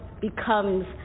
becomes